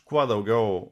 kuo daugiau